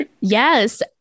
Yes